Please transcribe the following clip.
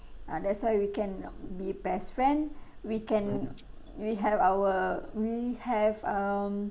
ah that's why we can uh be best friend we can we have our we have um